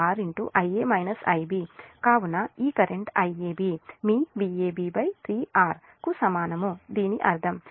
కాబట్టి ఈ current Iab మీ V ab 3R కు సమానం దీని అర్థం